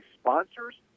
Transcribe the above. sponsors